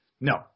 No